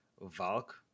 Valk